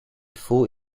full